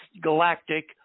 galactic